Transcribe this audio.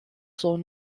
sont